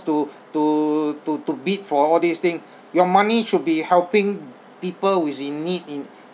to to to to bid for all these thing your money should be helping people who is in need in